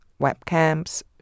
webcams